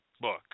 book